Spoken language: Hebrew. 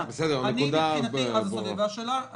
מבחינתי אומר דבר אחד: בסדר,